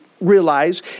realize